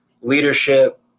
leadership